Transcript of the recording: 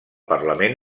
parlament